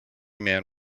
man